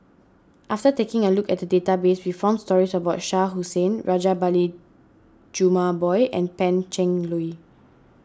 after taking a look at the database we found stories about Shah Hussain Rajabali Jumabhoy and Pan Cheng Lui